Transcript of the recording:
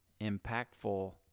impactful